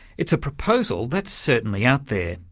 it's a proposal that's certainly out there,